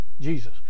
Jesus